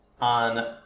on